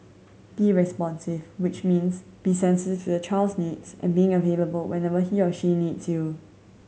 be responsive which means be sensitive to the child's needs and being available whenever he or she needs you